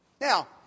Now